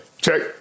Check